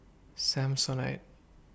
Samsonite